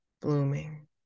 blooming